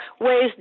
ways